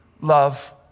love